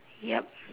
yup